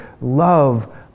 love